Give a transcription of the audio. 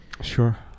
Sure